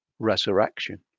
Resurrection